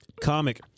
Comic